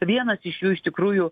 vienas iš jų iš tikrųjų